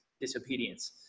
disobedience